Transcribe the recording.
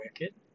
wicked